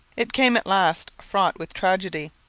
it came at last, fraught with tragedy.